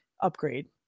upgrade